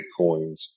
Bitcoins